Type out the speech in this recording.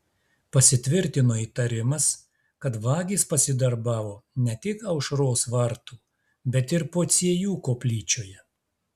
pasitvirtino įtarimas kad vagys pasidarbavo ne tik aušros vartų bet ir pociejų koplyčioje